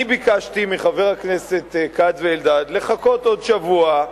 אני ביקשתי מחברי הכנסת כץ ואלדד לחכות עוד שבוע.